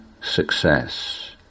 success